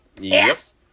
Yes